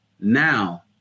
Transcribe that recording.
now